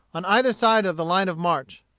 on either side of the line of march.